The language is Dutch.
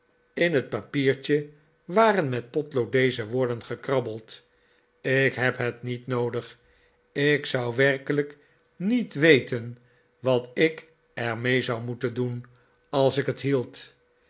in het papiertje waren met potlood deze woorden gekrabbeld ik heb het niet noodig ik zou werkelijk niet weten wat ik er mee zou moeten doen als ik het hield